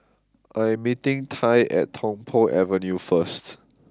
I am meeting Tai at Tung Po Avenue first